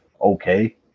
okay